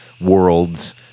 worlds